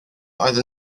oedd